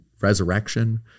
resurrection